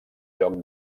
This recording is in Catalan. lloc